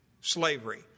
slavery